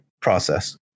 process